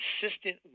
consistent